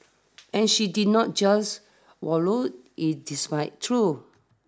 and she did not just wallow in despite though